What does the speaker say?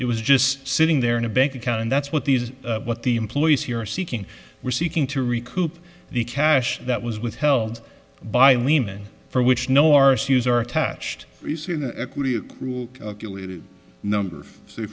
it was just sitting there in a bank account and that's what these what the employees here are seeking were seeking to recoup the cash that was withheld by lehman for which no our shoes are attached number two